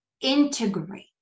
integrate